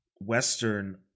Western